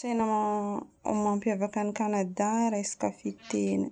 Tegna mampiavaka an'i Kanadà: resaka fiteny.